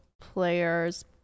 players